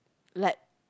like